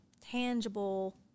tangible